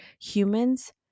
humans